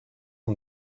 ont